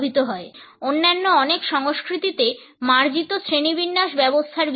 ব্যক্তিগত গন্ধের জটিলতাগুলি অন্যান্য অনেক সংস্কৃতিতে মার্জিত শ্রেণিবিন্যাস ব্যবস্থার বিষয়